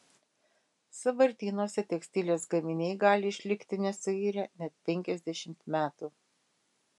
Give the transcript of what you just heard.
sąvartynuose tekstilės gaminiai gali išlikti nesuirę net penkiasdešimt metų